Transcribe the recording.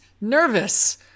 nervous